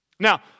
Now